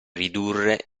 ridurre